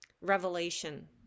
revelation